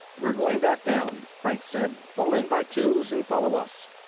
we're going back down, franks said. fall in by twos and follow us.